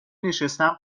نشستن